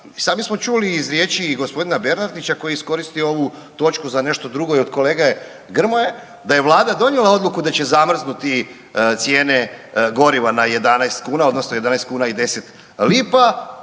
sami smo čuli iz riječi i gospodina Bernardića koji je iskoristio ovu točku za nešto drugo i od kolege Grmoje, da je Vlada donijela odluku da će zamrznuti cijene goriva na 11 kuna, odnosno 11 kuna i 10 lipa.